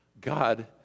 God